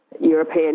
European